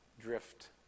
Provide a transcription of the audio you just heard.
drift